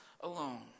alone